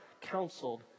counseled